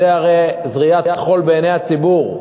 זה הרי זריית חול בעיני הציבור.